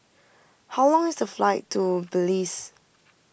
how long is the flight to Belize